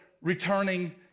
returning